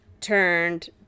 turned